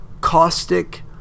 caustic